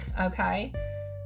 okay